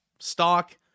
Stock